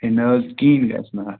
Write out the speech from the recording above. ہے نہ حظ کِہیٖنۍ گژھِ نہٕ اتھ